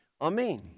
Amen